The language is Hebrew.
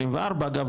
אגב,